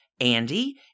Andy